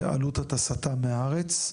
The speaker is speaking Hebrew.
עלות הטסתם מהארץ.